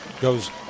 goes